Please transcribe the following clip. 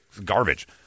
garbage